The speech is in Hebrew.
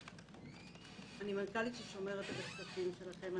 אני מנכ"לית ששומרת על הכספים שלכם.